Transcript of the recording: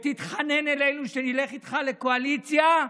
ותתחנן אלינו שנלך איתך לקואליציה,